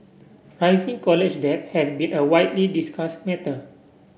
rising college debt has been a widely discussed matter